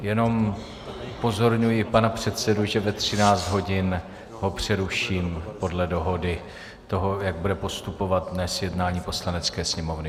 Jenom upozorňuji pana předsedu, že ve 13 hodin ho přeruším podle dohody toho, jak bude postupovat dnes jednání Poslanecké sněmovny.